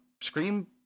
scream